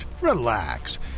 Relax